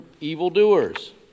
evildoers